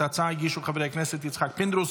את ההצעה הגישו חברי הכנסת יצחק פינדרוס,